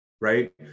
right